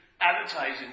advertising